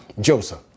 Joseph